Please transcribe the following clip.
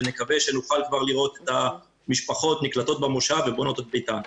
ונקווה שנוכל כבר לראות את המשפחות נקלטות במושב ובונות את ביתם.